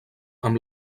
amb